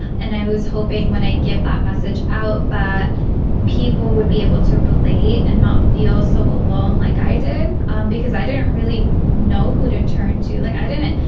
and i was hoping when i give that message out that people would be able to really and not feel so alone like i did um because i didn't really know who to turn to like i didn't.